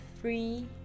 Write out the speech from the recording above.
free